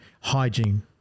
Hygiene